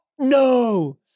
No